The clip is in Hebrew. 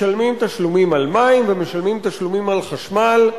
משלמים תשלומים על מים ומשלמים תשלומים על חשמל,